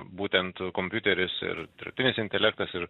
būtent kompiuteris ir dirbtinis intelektas ir